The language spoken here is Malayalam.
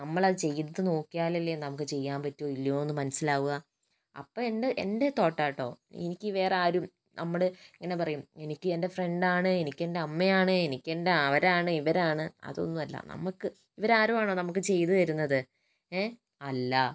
നമ്മൾ അത് ചെയ്ത് നോക്കിയാൽ അല്ലെ അത് ചെയ്യാൻ പറ്റോ ഇല്ലയോ എന്ന് മനസിലാക്കുക അപ്പോൾ എൻ്റെ എൻ്റെ തോട്ട് ആ കേട്ടോ എനിക്ക് വേറെ ആരും നമ്മൾ ഇങ്ങനെ പറയും എനിക്ക് എൻ്റെ ഫ്രണ്ടാണ് എനിക്ക് എൻ്റെ അമ്മയാണ് എനിക്ക് എൻ്റെ അവരാണ് ഇവരാണ് അതൊന്നുമല്ല നമുക്ക് ഇവര് ആരുമാണോ നമുക്ക് ചെയ്ത് തരുന്നത് അല്ല